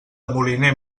moliner